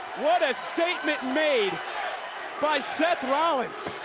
what a statement made by seth rollins.